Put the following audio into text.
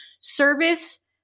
Service